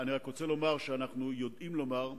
אני רק רוצה לומר שאנחנו יודעים לדבר,